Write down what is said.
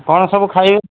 କ'ଣ ସବୁ ଖାଇବେ